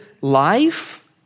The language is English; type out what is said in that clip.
life